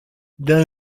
dans